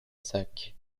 sac